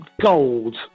gold